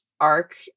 arc